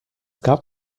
gab